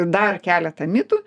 dar keletą mitų